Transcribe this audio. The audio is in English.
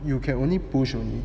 you can only push only